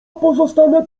pozostanę